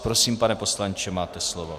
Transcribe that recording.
Prosím, pane poslanče, máte slovo.